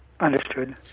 Understood